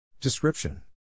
Description